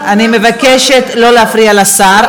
אני מבקשת שלא להפריע לשר,